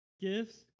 gifts